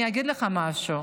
אני אגיד לך משהו,